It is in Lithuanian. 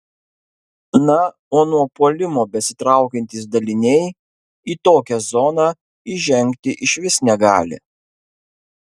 na o nuo puolimo besitraukiantys daliniai į tokią zoną įžengti išvis negali